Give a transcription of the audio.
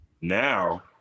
now